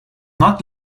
not